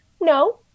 No